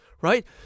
right